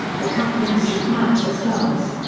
the cufflinks should match the studs.